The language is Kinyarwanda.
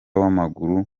w’amaguru